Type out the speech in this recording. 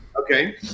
Okay